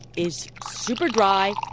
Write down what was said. it's super dry,